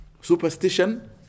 superstition